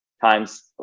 times